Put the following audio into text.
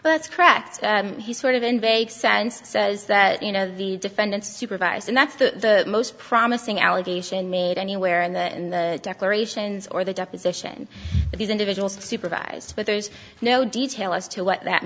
that's correct he sort of in vague sense says that you know the defendant supervise and that's the most promising allegation made anywhere in the in the declarations or the deposition of these individuals supervised but there's no detail as to what that